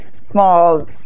small